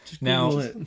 Now